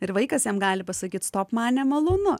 ir vaikas jam gali pasakyt stop man nemalonu